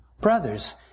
brothers